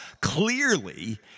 Clearly